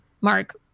mark